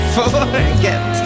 forget